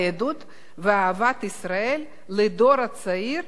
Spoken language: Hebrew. היהדות ואהבת ישראל לדור הצעיר,